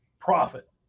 profit